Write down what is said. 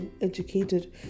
educated